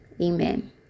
Amen